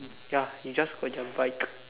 ya you just got your bike